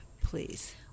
please